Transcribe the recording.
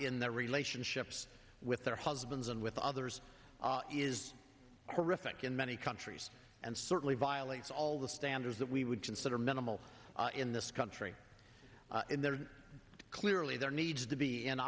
in their relationships with their husbands and with others is horrific in many countries and certainly violates all the standards that we would consider minimal in this country in there clearly there needs to be in